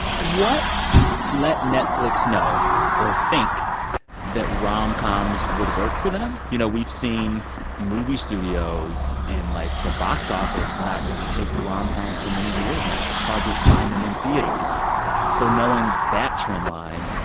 what let netflix know or think that rom-coms would work for them? you know, we've seen movie studios and, like, the box office not really take to rom-coms for many years now. it's hard to find them in theaters right so knowing that trend line,